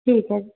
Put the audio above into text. ਠੀਕ ਹੈ